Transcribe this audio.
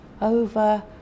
over